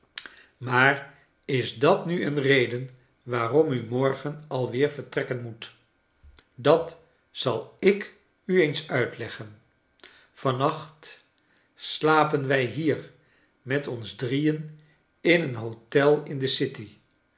maar is hat nu een reden waarom u morgen alweer vertrekken moet dat zal ik u eens uitleggen van nacht slapen wij hier met ons drieen in een hotel in de city